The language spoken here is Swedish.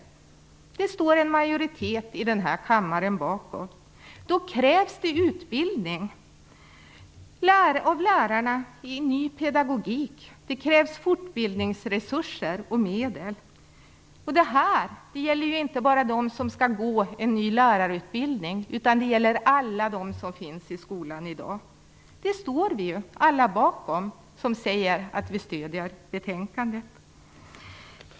Det står en majoritet i den här kammaren bakom. Då krävs det utbildning av lärarna i ny pedagogik. Det krävs fortbildningsresurser och medel. Det här gäller inte bara dem som skall gå en ny lärarutbildning, utan det gäller alla dem som finns i skolan i dag. Det står vi alla bakom som säger att vi stödjer betänkandet.